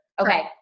okay